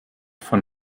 von